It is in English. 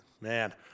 Man